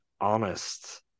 honest